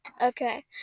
Okay